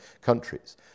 countries